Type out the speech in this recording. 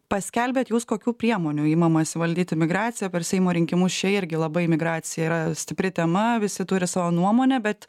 paskelbėt jūs kokių priemonių imamasi valdyti migraciją per seimo rinkimus čia irgi labai migracija yra stipri tema visi turi savo nuomonę bet